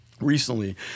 Recently